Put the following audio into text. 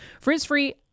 Frizz-free